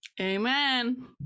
Amen